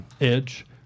edge